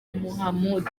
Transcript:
mohamud